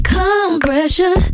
compression